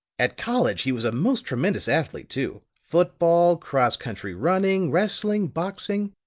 at college he was a most tremendous athlete too football, cross-country running, wrestling, boxing.